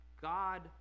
God